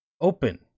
open